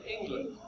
England